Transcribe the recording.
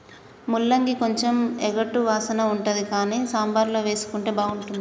ముల్లంగి కొంచెం ఎగటు వాసన ఉంటది కానీ సాంబార్ల వేసుకుంటే బాగుంటుంది